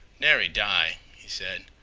nary die, he said.